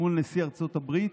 מל ארצות הברית.